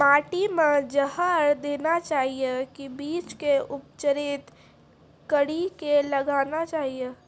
माटी मे जहर देना चाहिए की बीज के उपचारित कड़ी के लगाना चाहिए?